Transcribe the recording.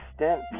extent